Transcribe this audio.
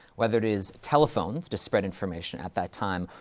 whether it is telephones to spread information at that time,